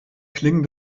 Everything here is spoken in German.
klingen